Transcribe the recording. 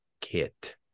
kit